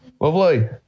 Lovely